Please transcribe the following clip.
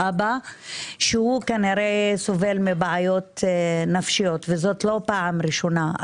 שהוא כנראה סובל מבעיות נפשיות וזו לא פעם ראשונה.